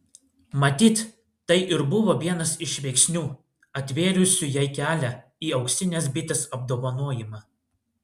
matyt tai ir buvo vienas iš veiksnių atvėrusių jai kelią į auksinės bitės apdovanojimą